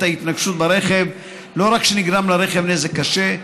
ההתנגשות ברכב לא רק שנגרם לרכב נזק קשה,